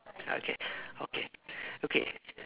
okay okay okay